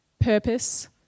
purpose